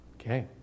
Okay